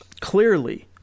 clearly